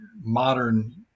modern